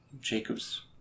Jacob's